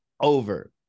over